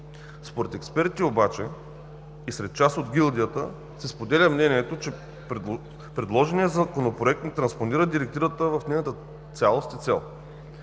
Според експерти обаче, и сред част от гилдията, се споделя мнението, че предложеният Законопроект не транспонира Директивата в нейната цялост и цел.